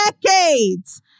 decades